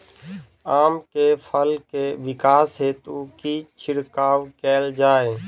आम केँ फल केँ विकास हेतु की छिड़काव कैल जाए?